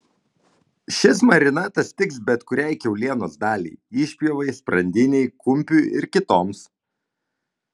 šis marinatas tiks bet kuriai kiaulienos daliai išpjovai sprandinei kumpiui ir kitoms